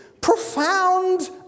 profound